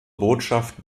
botschaft